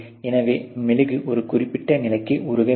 எனவே மெழுகு ஒரு குறிப்பிட்ட நிலைக்கு உருக வேண்டும்